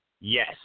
yes